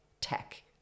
tech